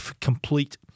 complete